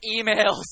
emails